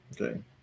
okay